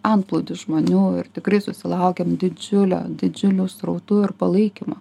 antplūdis žmonių ir tikrai susilaukėm didžiulio didžiulių srautų ir palaikymo